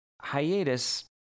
hiatus